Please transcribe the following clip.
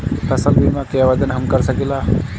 फसल बीमा के आवेदन हम कर सकिला?